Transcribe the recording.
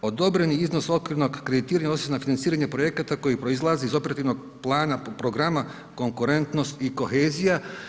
Odobreni iznos okvirnog kreditiranja ... financiranja projekata koji proizlazi iz operativnog plana programa Konkurentnost i kohezija.